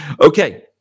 Okay